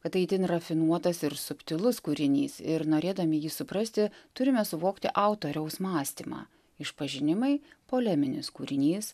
kad tai itin rafinuotas ir subtilus kūrinys ir norėdami jį suprasti turime suvokti autoriaus mąstymą išpažinimai poleminis kūrinys